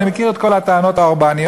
אני מכיר את כל הטענות האורבניות,